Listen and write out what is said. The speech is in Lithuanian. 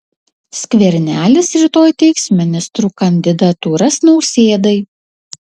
skvernelis rytoj teiks ministrų kandidatūras nausėdai